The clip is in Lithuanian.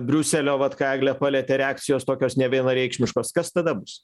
briuselio vat ką eglė palietė reakcijos tokios nevienareikšmiškos kas tada bus